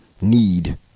need